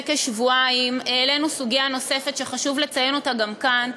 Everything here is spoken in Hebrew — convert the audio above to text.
כשבועיים העלינו סוגיה נוספת שחשוב לציין גם כאן: